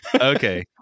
Okay